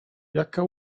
jaka